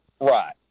Right